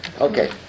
Okay